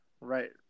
right